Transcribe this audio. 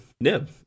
nib